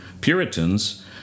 Puritans